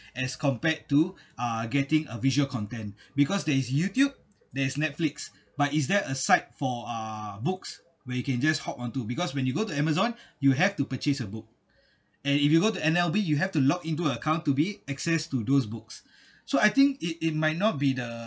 as compared to uh getting a visual content because there is YouTube there's Netflix but is there a site for uh books where you can just hop onto because when you go to Amazon you'll have to purchase a book and if you go to N_L_B you have to log into a account to be access to those books so I think it it might not be the